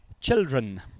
Children